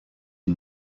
une